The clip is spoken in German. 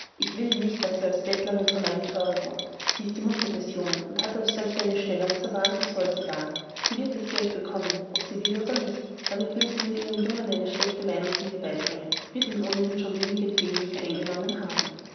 ich will nicht daß sie als bettlerin vor meinem thore wohnt sie ist die mutter des jungen und hat als solche eine stellung zu wahren und soll sie wahren sie wird das geld bekommen ob sie will oder nicht damit will sie nur ihrem jungen eine schlechte meinung von mir beibringen wird ihn ohnehin schon genügend gegen mich eingenommen haben